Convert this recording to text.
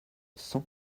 cent